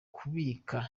kubika